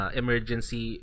emergency